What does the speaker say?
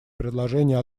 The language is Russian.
предложения